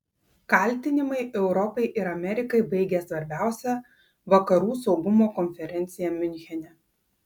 kaltinimai europai ir amerikai baigia svarbiausią vakarų saugumo konferenciją miunchene